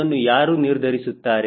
ಅದನ್ನು ಯಾರೂ ನಿರ್ಧರಿಸುತ್ತಾರೆ